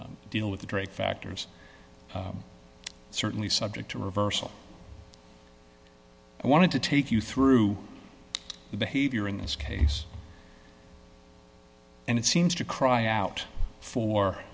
deal with the drake factors certainly subject to reversal i wanted to take you through the behavior in this case and it seems to cry out for